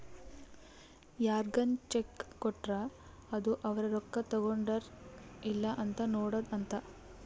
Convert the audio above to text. ಯಾರ್ಗನ ಚೆಕ್ ಕೊಟ್ರ ಅದು ಅವ್ರ ರೊಕ್ಕ ತಗೊಂಡರ್ ಇಲ್ಲ ಅಂತ ನೋಡೋದ ಅಂತ